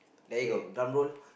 K drum roll